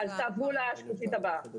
תעברו לשקופית הבאה.